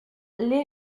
les